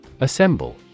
assemble